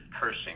cursing